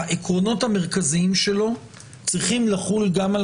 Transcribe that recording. העקרונות המרכזיים שלו צריכים לחול גם על